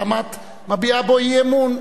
למה את מביעה בו אי-אמון?